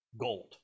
gold